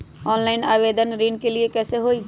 Online आवेदन ऋन के लिए कैसे हुई?